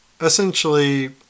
essentially